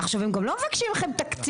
עכשיו הם גם לא מבקשים ממכם תקציב,